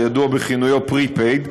הידוע בכינויו prepaid,